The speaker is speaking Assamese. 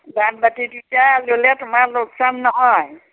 বানবাটি দুটা ল'লে তোমাৰ লোকচান নহয়